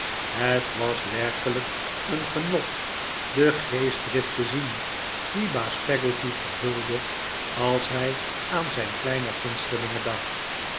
het was werkelijk een genot de geestdrift te zien die baas peggotty vervulde als hij aan zijn kleine gunstelinge dacht